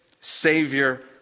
savior